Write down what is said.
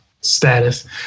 status